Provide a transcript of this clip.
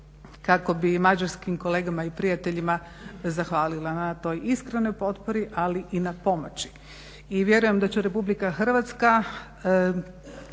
kako bi mađarskim kolegama i prijateljima zahvalila na toj iskrenoj potpori ali i na pomoći. I vjerujem da će RH kada